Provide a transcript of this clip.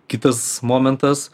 kitas momentas